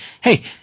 Hey